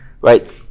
Right